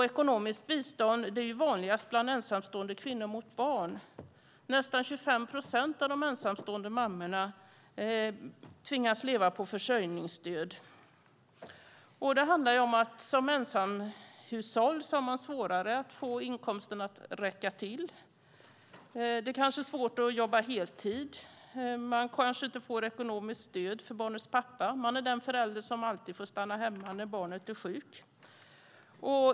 Ekonomiskt bistånd är vanligast bland ensamstående kvinnor med barn. Nästan 25 procent av de ensamstående mammorna tvingas leva på försörjningsstöd. Det handlar om att man som ensamhushåll har svårare att få inkomsten att räcka till. Det kanske är svårt att jobba heltid, och man kanske inte får ekonomiskt stöd från barnens pappa. Man är den förälder som alltid får stanna hemma när barnet är sjukt.